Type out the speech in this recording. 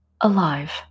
alive